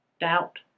Doubt